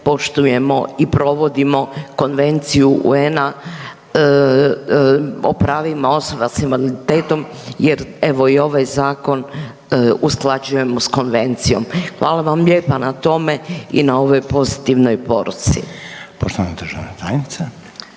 poštujemo i provodimo Konvenciju UN-a o pravima osoba s invaliditetom jer evo i ovaj zakon usklađujemo s konvencijom. Hvala vam lijepa na tome i ovoj pozitivnoj poruci. **Reiner, Željko